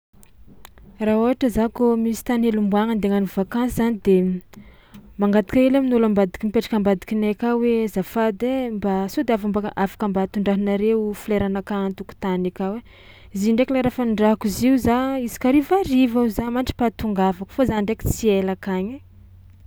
Raha ôhatra za kôa misy tany hely omboagna andeha hagnano vakansy zany de mangataka hely amin'ôlo ambadiky mipetraka ambadikinay aka hoe: zafady ai mba sao de avy mbôka afaka mba tondrahanareo foleranakahy an-tokotany akao, zio ndraiky lera fanondrahako zio za isaka harivariva za mandra-pahatongavako fô za ndraiky tsy ela akagny ai.